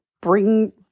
bring